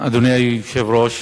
אדוני היושב-ראש,